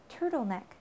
turtleneck